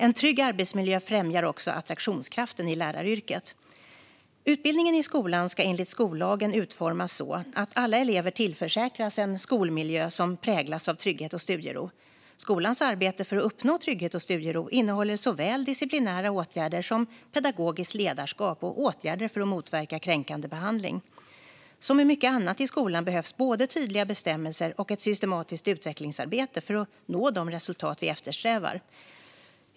En trygg arbetsmiljö främjar också attraktionskraften i läraryrket. Utbildningen i skolan ska enligt skollagen utformas så att alla elever tillförsäkras en skolmiljö som präglas av trygghet och studiero. Skolans arbete för att uppnå trygghet och studiero innehåller såväl disciplinära åtgärder som pedagogiskt ledarskap och åtgärder för att motverka kränkande behandling. Som med mycket annat i skolan behövs både tydliga bestämmelser och ett systematiskt utvecklingsarbete för att nå de resultat vi eftersträvar.